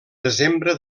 desembre